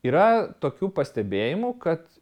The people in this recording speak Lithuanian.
yra tokių pastebėjimų kad